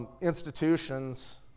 Institutions